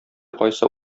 кайсы